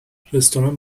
رستوران